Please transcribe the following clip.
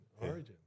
Origin